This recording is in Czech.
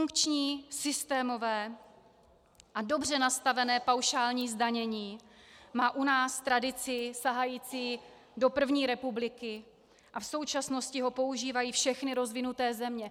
Funkční systémové a dobře nastavené paušální zdanění má u nás tradici sahající do první republiky a v současnosti ho používají všechny rozvinuté země.